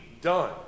done